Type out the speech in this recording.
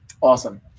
awesome